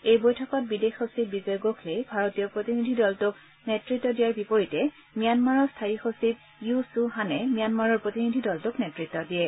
এই বৈঠকত বিদেশ সচিব বিজয় গোখলেই ভাৰতীয় প্ৰতিনিধি দলটোক নেতত্ব দিয়াৰ বিপৰীতে ম্যানমাৰৰ স্থায়ী সচিব ইউ ছু হানে ম্যানমাৰৰ প্ৰতিনিধি দলটোক নেড়ত্ব দিয়ে